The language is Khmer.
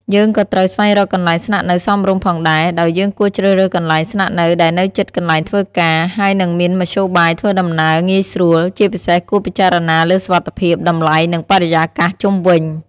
យើងក៏ត្រូវស្វែងរកកន្លែងស្នាក់នៅសមរម្យផងដែរ ដោយយើងគួរជ្រើសរើសកន្លែងស្នាក់នៅដែលនៅជិតកន្លែងធ្វើការ ហើយនឹងមានមធ្យោបាយធ្វើដំណើរងាយស្រួល ជាពិសេសគួរពិចារណាលើសុវត្ថិភាព តម្លៃ និងបរិយាកាសជុំវិញ។